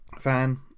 fan